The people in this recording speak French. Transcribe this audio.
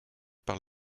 par